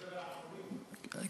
שלא לדבר על, כן.